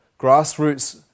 grassroots